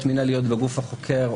כל הסוגיה הזאת לגבי הנחיות רגולטוריות,